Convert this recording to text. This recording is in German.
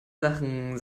sachen